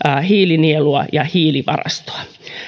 hiilinielua ja hiilivarastoa